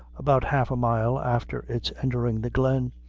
about half a mile after its entering the glen,